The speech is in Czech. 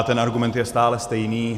Ten argument je stále stejný.